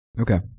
Okay